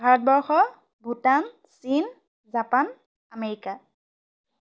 ভাৰতবৰ্ষ ভূটান চীন Japan America